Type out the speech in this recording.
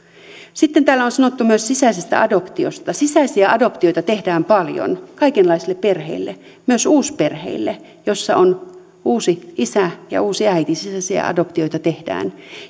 sitten täällä on sanottu myös sisäisestä adoptiosta sisäisiä adoptioita tehdään paljon kaikenlaisille perheille myös uusperheille joissa on uusi isä ja uusi äiti sisäisiä adoptioita tehdään